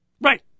Right